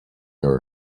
her